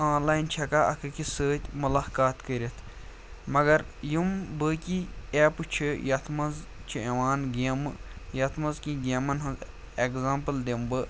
آن line چھِ ہٮ۪کان اَکھ أکِس سۭتۍ مُلاقات کٔرِتھ مگر یِم باقی ایپہٕ چھِ یتھ منٛز چھِ یِوان گیمہٕ یَتھ منٛز کیٚنٛہہ گیمَن ہُنٛد اٮ۪گزامپٕل دِمہٕ بہٕ